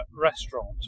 restaurant